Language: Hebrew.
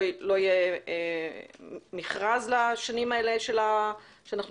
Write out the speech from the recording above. אוי - לא יהיה מכרז לשנים האלה שאנחנו